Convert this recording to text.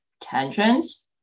tensions